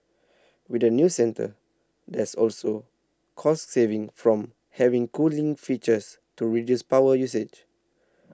with the new centre there's also cost savings from having cooling features to reduce power usage